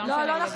זה לא משנה.